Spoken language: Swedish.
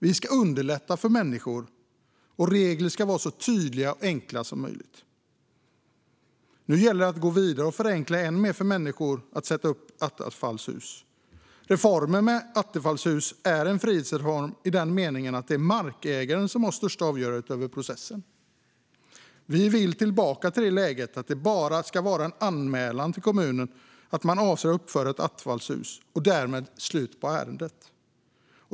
Vi ska underlätta för människor, och regler ska vara så tydliga och enkla som möjligt. Nu gäller det att gå vidare och förenkla ännu mer för människor att sätta upp attefallshus. Reformen med attefallshus är en frihetsreform i den meningen att det är markägaren som har största avgörandet över processen. Vi vill tillbaka till det läget att det bara ska till en anmälan till kommunen att man avser att uppföra ett attefallshus och därmed slut på ärendet.